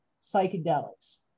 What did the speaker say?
psychedelics